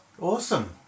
awesome